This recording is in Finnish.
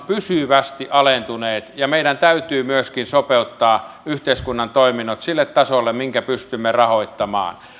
pysyvästi alentuneet ja meidän täytyy myöskin sopeuttaa yhteiskunnan toiminnot sille tasolle minkä pystymme rahoittamaan